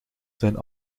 zijn